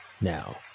now